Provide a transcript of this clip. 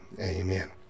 amen